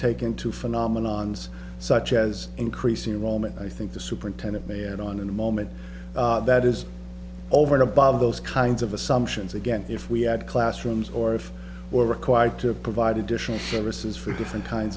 take into phenomenons such as increasing a moment i think the superintendent may end on in a moment that is over and above those kinds of assumptions again if we had classrooms or if were required to provide additional services for different kinds